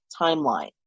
timeline